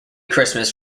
christmas